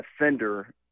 offender